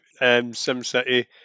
SimCity